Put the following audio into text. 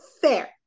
Fair